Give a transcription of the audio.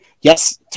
Yes